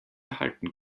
erhalten